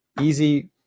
easy